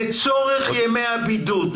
לצורך ימי הבידוד,